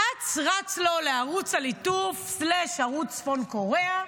אץ רץ לו לערוץ הליטוף, סלאש ערוץ צפון קוריאה,